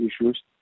issues